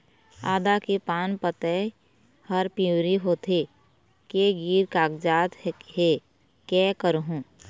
आदा के पान पतई हर पिवरी होथे के गिर कागजात हे, कै करहूं?